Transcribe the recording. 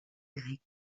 grecque